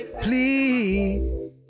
please